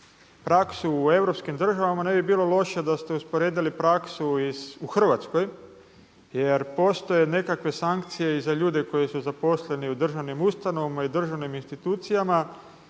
praksu u europskim državama, ne bi bilo loše da ste usporedili praksu u Hrvatskoj jer postoje nekakve sankcije i za ljude koji su zaposleni u državnim ustanovama i državnim institucijama